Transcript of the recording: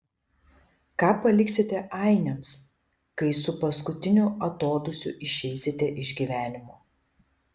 ką paliksite ainiams kai su paskutiniu atodūsiu išeisite iš gyvenimo